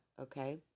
okay